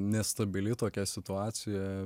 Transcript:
nestabili tokia situacija